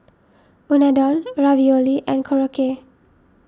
Unadon Ravioli and Korokke